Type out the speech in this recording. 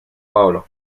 paulo